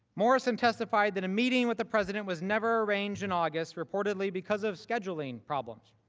morrison testified that a meeting with the president was never arranged in august reportedly because of scheduling problems.